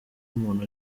umuntu